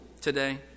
today